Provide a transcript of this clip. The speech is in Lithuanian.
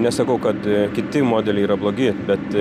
nesakau kad kiti modeliai yra blogi bet